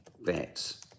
vets